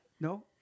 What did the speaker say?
No